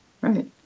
right